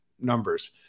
numbers